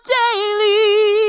daily